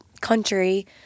country